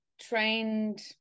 trained